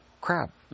crap